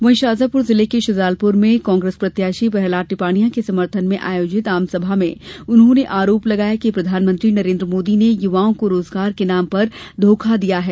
वहीं शाजापुर जिले के शुजालपुर में कांग्रेस प्रत्याशी प्रहलाद टिपाणियां के समर्थन में भी आम सभा में उन्होंने आरोप लगाया कि प्रधानमंत्री नरेन्द्र मोदी ने युवाओं को रोजगार के नाम पर धोखा दिया है